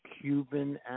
Cuban